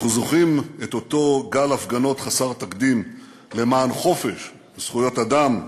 אנחנו זוכרים את אותו גל הפגנות חסר תקדים למען חופש וזכויות אדם,